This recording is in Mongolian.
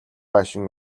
байшин